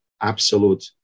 absolute